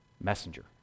messenger